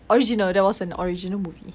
original there was an original movie